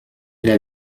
elle